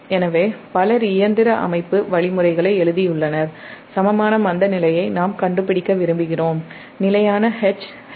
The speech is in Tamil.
எனவேபலர் இயந்திர அமைப்பு வழிமுறைகளை எழுதியுள்ளனர் சமமான மந்தநிலையை நாம் கண்டுபிடிக்க விரும்புகிறோம் நிலையான H Heq